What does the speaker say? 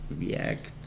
react